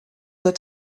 that